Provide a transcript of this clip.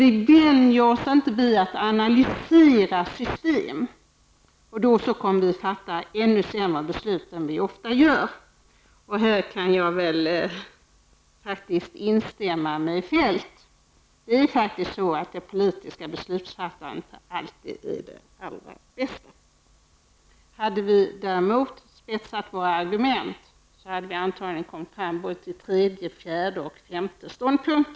Vi vänjer oss inte vid att analysera system. Då kommer vi att fatta ännu sämre beslut än vad vi nu ofta gör. Här kan jag faktiskt instämma med Feldt. Det politiska beslutsfattandet är inte alltid det allra bästa. Om vi däremot hade spetsat våra argument hade vi antagligen kommit fram till även en tredje, fjärde och femte ståndpunkt.